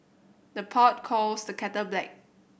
the pot calls the kettle black